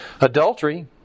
Adultery